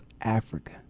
Africa